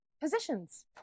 positions